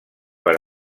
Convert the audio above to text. per